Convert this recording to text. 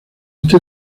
este